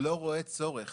שלא רואה צורך